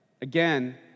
Again